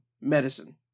medicine